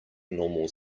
normal